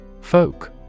Folk